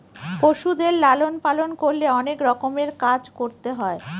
পশুদের লালন পালন করলে অনেক রকমের কাজ করতে হয়